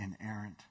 inerrant